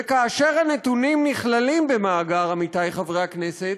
וכאשר הנתונים נכללים במאגר, עמיתי חברי הכנסת,